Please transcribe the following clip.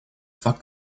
факт